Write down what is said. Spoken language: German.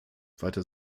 weiter